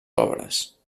obres